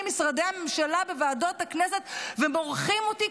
משרדי הממשלה בוועדות הכנסת ומורחים אותי,